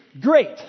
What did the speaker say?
Great